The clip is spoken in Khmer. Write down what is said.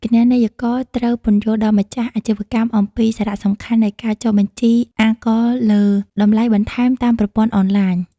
គណនេយ្យករត្រូវពន្យល់ដល់ម្ចាស់អាជីវកម្មអំពីសារៈសំខាន់នៃការចុះបញ្ជីអាករលើតម្លៃបន្ថែមតាមប្រព័ន្ធអនឡាញ។